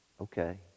okay